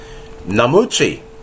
Namuchi